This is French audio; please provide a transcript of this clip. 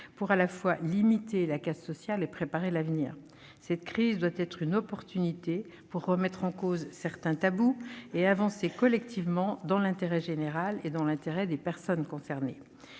à la fois pour limiter la casse sociale et pour préparer l'avenir. Cette crise doit être l'occasion de remettre en cause certains tabous et d'avancer collectivement dans l'intérêt général et dans celui des personnes concernées